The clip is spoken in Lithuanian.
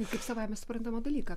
ir kaip savaime suprantamą dalyką